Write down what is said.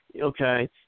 Okay